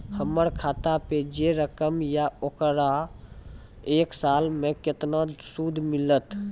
हमर खाता पे जे रकम या ओकर एक साल मे केतना सूद मिलत?